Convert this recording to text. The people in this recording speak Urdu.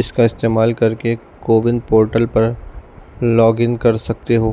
اس کا استعمال کر کے کوون پورٹل پر لاگ ان کر سکتے ہو